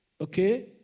Okay